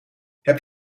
heb